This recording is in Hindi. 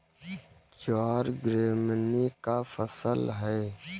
ज्वार ग्रैमीनी का फसल है